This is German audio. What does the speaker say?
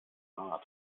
nahe